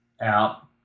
out